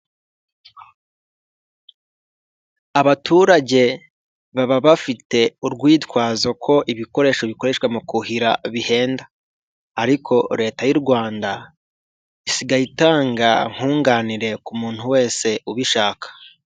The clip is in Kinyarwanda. Abaturage baba bafite urwitwazo ko ibikoresho bikoreshwa mu kuhira bihenda ariko Leta y'u Rwanda isigaye itanga nkunganire ku muntu wese ubishaka.